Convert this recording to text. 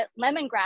lemongrass